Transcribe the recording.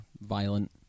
violent